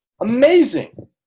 Amazing